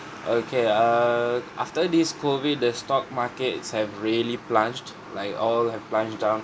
okay err after this COVID the stock markets have really plunged like all have plunged down